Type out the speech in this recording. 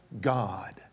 God